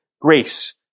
grace